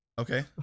Okay